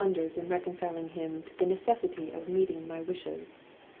did wonders in reconciling him to the necessity of meeting my wishes.